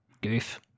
Goof